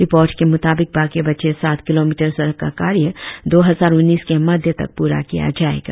report के मुताबिक बाकि बचे सात किलोमीटर सड़क का कार्य दो हजार उन्नीस के मध्य तक पूरा किया जाएगा